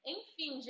Enfim